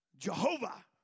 Jehovah